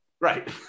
Right